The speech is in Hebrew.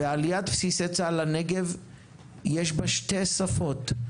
לעליית בסיסי צה"ל לנגב יש שתי שפות.